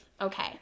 Okay